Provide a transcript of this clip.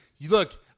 Look